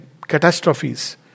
catastrophes